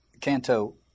Canto